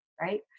right